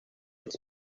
its